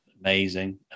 Amazing